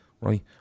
right